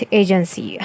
agency